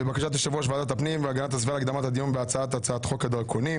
בקשת יושב ראש ועדת הפנים והגנת הסביבה להקדמת הדיון בהצעת חוק הדרכונים